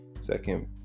second